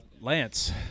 Lance